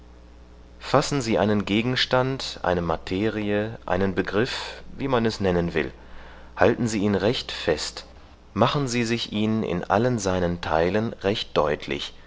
fassen sie einen gegenstand eine materie einen begriff wie man es nennen will halten sie ihn recht fest machen sie sich ihn in allen seinen teilen recht deutlich